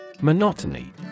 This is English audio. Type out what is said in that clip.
Monotony